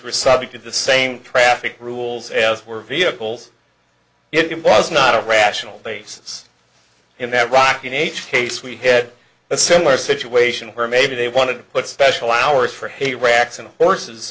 were subject to the same traffic rules as were vehicles it was not a rational basis in that rock n h case we had a similar situation where maybe they wanted to put special hours for hay racks and horses